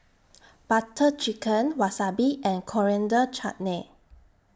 Butter Chicken Wasabi and Coriander Chutney